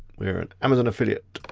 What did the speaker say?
we are an amazon affiliate,